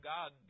God